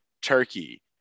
turkey